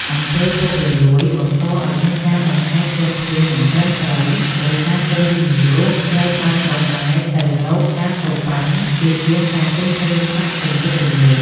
អំពើពុករលួយ បង្កឱ្យមានការបែងចែកធនធានមិនត្រឹមត្រូវ ដោយសារទុនវិនិយោគត្រូវបានបង្វែរទៅរកការសូកប៉ាន់ ជាជាងការទិញគ្រឿងចក្រទំនើបៗ។